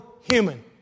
human